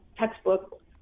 textbook